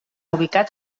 ubicat